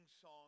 song